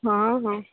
ହଁ ହଁ